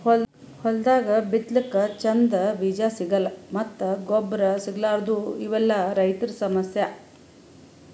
ಹೊಲ್ದಾಗ ಬಿತ್ತಲಕ್ಕ್ ಚಂದ್ ಬೀಜಾ ಸಿಗಲ್ಲ್ ಮತ್ತ್ ಗೊಬ್ಬರ್ ಸಿಗಲಾರದೂ ಇವೆಲ್ಲಾ ರೈತರ್ ಸಮಸ್ಯಾ